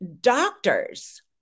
doctors